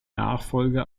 nachfolge